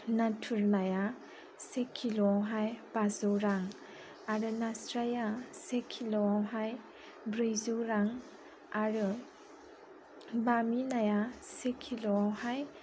नाथुर नाया से किल' आवहाय बाजौ रां आरो नास्राया से किल' आवहाय ब्रैजौ रां आरो बामि नाया से किल' आवहाय